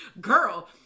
girl